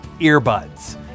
earbuds